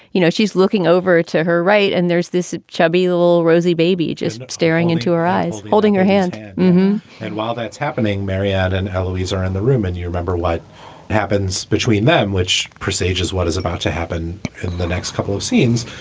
you know, she's looking over to her. right. and there's this chubby, little rosy baby just staring into her eyes, holding her hand and while that's happening, marryat and alawis are in the room. and you remember what happens between them, which procedures, what is about to happen in the next couple of scenes,